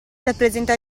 rappresenta